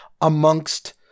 amongst